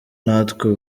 natwe